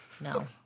No